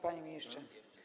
Panie Ministrze!